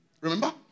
Remember